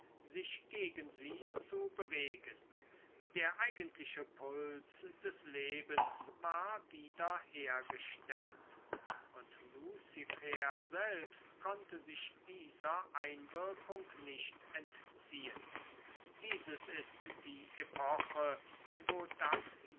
sich gegen sie zu bewegen der eigentliche puls des lebens war wieder hergestellt und luzifer selbst konnte sich dieser einwirkung nicht entziehen dieses ist die epoche wo dasjenige